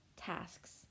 tasks